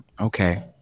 Okay